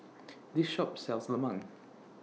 This Shop sells Lemang